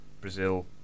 Brazil